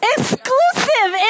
Exclusive